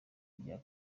rya